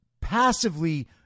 passively